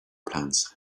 plants